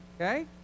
okay